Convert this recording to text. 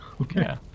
Okay